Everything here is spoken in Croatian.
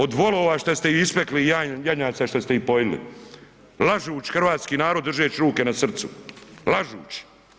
Od volova šta ste ih ispekli i janjaca šta ste ih poili lažuć hrvatski narod držeć ruke na srcu, lažuć.